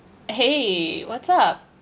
!hey! what's up